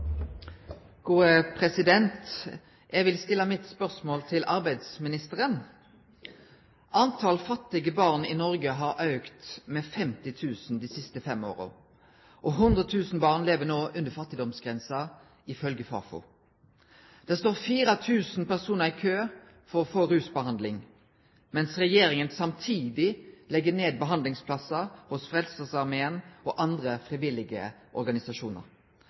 Eg vil stille mitt spørsmål til arbeidsministeren. Talet på fattige barn i Noreg har auka med 50 000 dei siste fem åra, og 100 000 barn lever no under fattigdomsgrensa, ifølgje Fafo. Det står 4 000 personar i kø for å få rusbehandling, mens regjeringa samtidig legg ned behandlingsplassar hos Frelsesarmeen og andre frivillige organisasjonar.